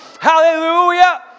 Hallelujah